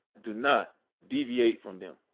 do not deviate from them.